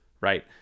Right